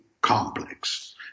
complex